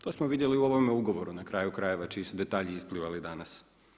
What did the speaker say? To smo vidjeli u ovome ugovoru na kraju krajeva čiji su detalji isplivali danas.